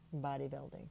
bodybuilding